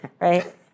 right